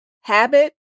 Habit